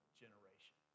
generation